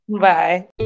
bye